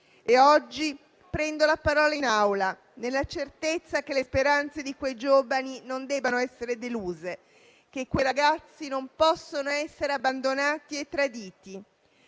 Oggi prendo la parola in Aula nella certezza che le speranze di quei giovani non debbano essere deluse e che quei ragazzi non possano essere abbandonati e traditi.